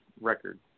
record